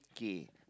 okay